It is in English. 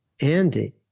Andy